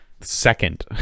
second